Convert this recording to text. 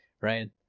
Ryan